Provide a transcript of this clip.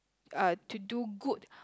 uh to do good